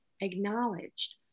acknowledged